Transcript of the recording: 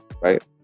right